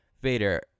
Vader